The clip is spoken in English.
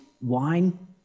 wine